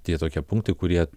tie tokie punktai kurie